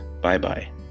Bye-bye